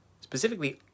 specifically